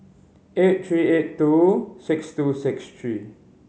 eight three eight two six two six three